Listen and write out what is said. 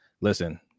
Listen